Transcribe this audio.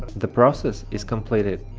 the process is completed,